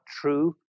true